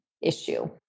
issue